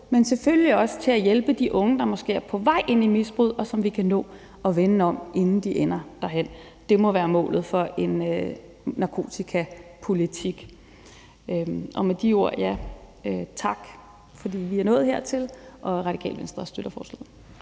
men selvfølgelig også til at hjælpe de unge, der måske er på vej ind i misbruget, og som vi kan nå at vende om, inden de ender derhenne. Det må være målet for en narkotikapolitik. Med de ord vil jeg sige tak, fordi vi er nået hertil. Radikale Venstre støtter forslaget.